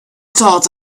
thought